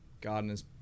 Gardener's